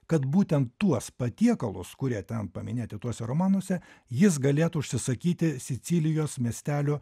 kad būtent tuos patiekalus kurie ten paminėti tuose romanuose jis galėtų užsisakyti sicilijos miestelio